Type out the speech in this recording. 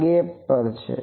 આ ગેપ પર છે